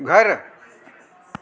घरु